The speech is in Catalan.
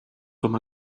com